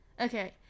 Okay